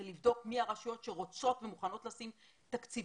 זה לבדוק מי הרשויות שרוצות ומוכנות לשים תקציבים,